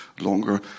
longer